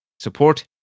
Support